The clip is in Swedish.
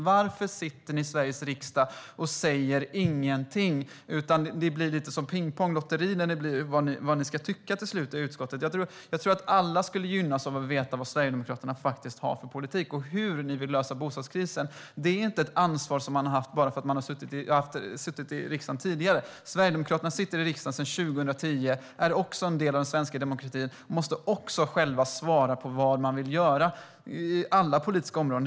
Varför sitter ni i Sveriges riksdag och inte säger någonting? Det blir lite som pingpong och ett lotteri när det gäller vad ni ska tycka i utskottet. Jag tror att alla skulle gynnas av att veta vad Sverigedemokraterna faktiskt har för politik och hur ni vill lösa bostadskrisen. Det är inte ett ansvar som man har bara för att man har suttit i riksdagen tidigare. Sverigedemokraterna har suttit i riksdagen sedan 2010 och är också en del av den svenska demokratin. Då måste de också själva svara på vad de vill göra på alla politiska områden.